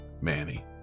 Manny